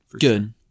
Good